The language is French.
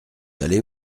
allés